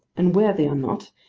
and where they are not,